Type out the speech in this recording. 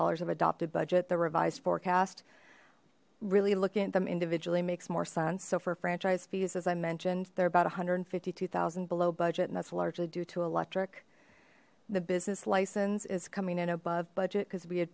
dollars of adopted budget the revised forecast really looking at them individually makes more sense so for franchise fees as i mentioned they're about a hundred and fifty two thousand below budget and that's largely due to electric the business license is coming in above budget because we had